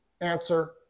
answer